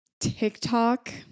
TikTok